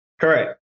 Correct